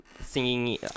singing